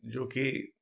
जो की